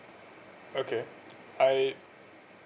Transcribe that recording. okay I